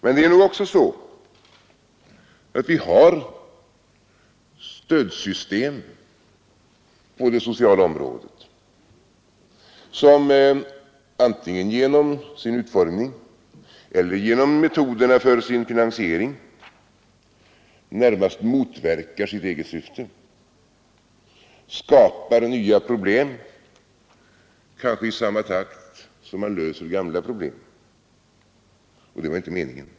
Men vi har också stödsystem på det sociala området som antingen genom sin utformning eller genom metoderna för finansieringen närmast motverkar sitt eget syfte och skapar nya problem, kanske i samma takt som man löser gamla problem — och det var inte meningen.